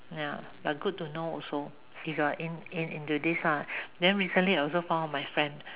ya but good to know also if you're in in into this lah then recently I also found my friend